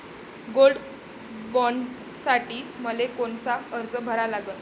Gold बॉण्डसाठी मले कोनचा अर्ज भरा लागन?